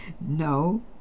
No